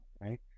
right